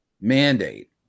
mandate